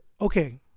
okay